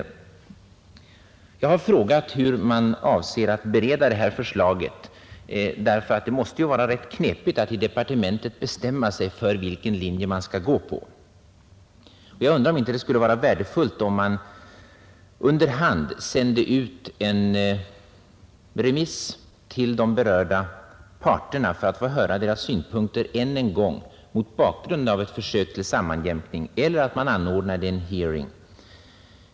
Jag har frågat hur man avser att bereda det här förslaget, därför att det måste ju vara ganska knepigt att i departementet bestämma sig för vilken linje man skall gå på. Jag undrar om det inte skulle vara värdefullt om man antingen under hand sände ut en remiss till de berörda parterna för att få höra deras synpunkter än en gång mot bakgrund av ett försök till sammanjämkning eller också anordnade en hearing.